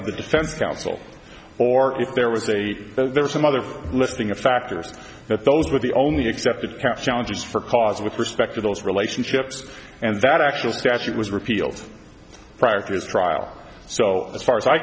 of the defense counsel or if there was a there were some other listing of factors that those with the only accepted current challenges for cause with respect to those relationships and that actual statute was repealed prior to his trial so as far as i